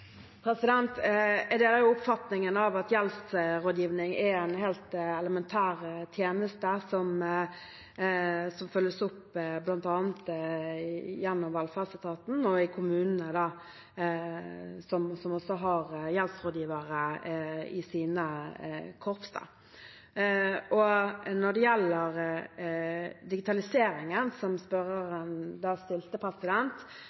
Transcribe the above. Jeg deler oppfatningen av at gjeldsrådgivning er en helt elementær tjeneste som følges opp bl.a. gjennom velferdsetaten og i kommunene, som også har gjeldsrådgivere i sine korps. Når det gjelder digitaliseringen, som